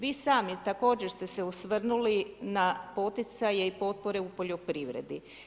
Vi sami također ste se osvrnuli na poticaje i potpore u poljoprivredi.